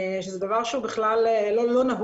זה דבר שהוא לא נהוג.